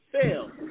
fail